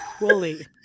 Wooly